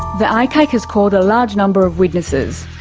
the icac has called a large number of witnesses.